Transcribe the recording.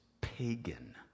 pagan